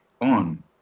on